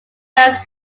bands